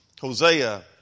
Hosea